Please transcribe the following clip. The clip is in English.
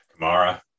Kamara